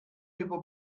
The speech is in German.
über